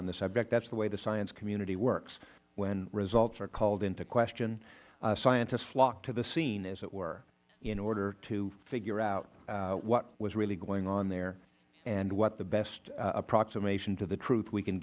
on the subject that is the way the science community works when results are called into question scientists flock to the scene as it were in order to figure out what was really going on there and what the best approximation to the truth we can